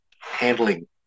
handling